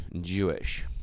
Jewish